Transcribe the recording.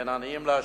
בין עניים לעשירים,